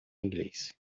inglês